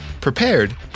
prepared